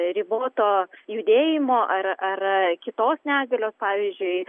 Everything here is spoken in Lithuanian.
riboto judėjimo ar ar kitos negalios pavyzdžiui